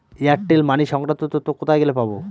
Airtel money সংক্রান্ত তথ্য কোথায় গেলে পাব?